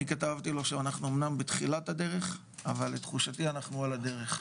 אני כתבתי לו שאנחנו אמנם בתחילת הדרך אבל לתחושתי אנחנו על הדרך.